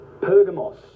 Pergamos